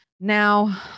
Now